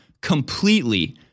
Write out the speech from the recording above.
completely